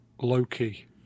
loki